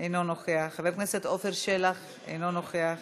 אינו נוכח, חבר הכנסת עפר שלח, אינו נוכח,